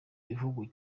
gihugu